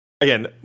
again